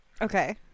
Okay